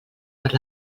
per